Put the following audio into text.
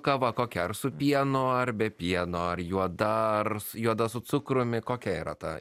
kava kokia ar su pienu ar be pieno ar juoda ar juoda su cukrumi kokia yra ta